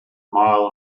mile